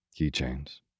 keychains